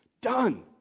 Done